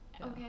okay